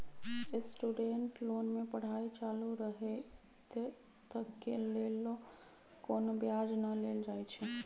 student loan में पढ़ाई चालू रहइत तक के लेल कोनो ब्याज न लेल जाइ छइ